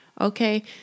Okay